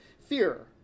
Fear